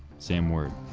sam word.